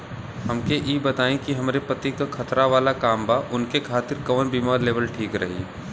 हमके ई बताईं कि हमरे पति क खतरा वाला काम बा ऊनके खातिर कवन बीमा लेवल ठीक रही?